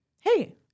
hey